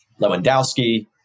Lewandowski